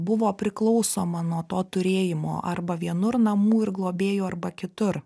buvo priklausoma nuo to turėjimo arba vienur namų ir globėjų arba kitur